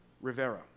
Rivera